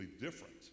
different